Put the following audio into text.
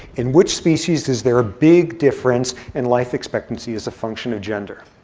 in which species is there a big difference in life expectancy as a function of gender?